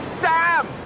damn!